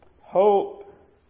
Hope